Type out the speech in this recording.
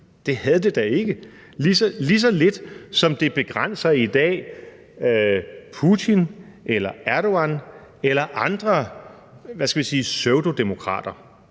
Det havde det da ikke, lige så lidt, som det i dag begrænser Putin eller Erdogan eller andre, hvad skal